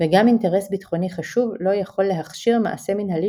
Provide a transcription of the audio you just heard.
– וגם אינטרס ביטחוני חשוב לא יכול להכשיר מעשה מינהלי